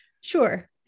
Sure